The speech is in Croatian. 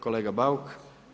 Kolega Bauk.